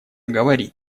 говорит